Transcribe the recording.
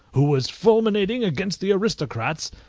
who was fulminating against the aristocrats,